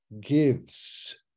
gives